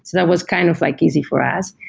that was kind of like easy for us.